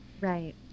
Right